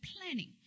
planning